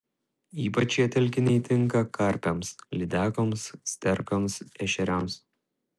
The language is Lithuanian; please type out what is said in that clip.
ypač šie telkiniai tinka karpiams lydekoms sterkams ešeriams